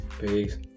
Peace